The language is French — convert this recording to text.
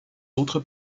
autres